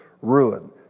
ruin